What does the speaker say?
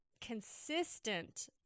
consistent